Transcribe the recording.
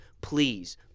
Please